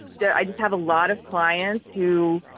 there i just have a lot of clients who,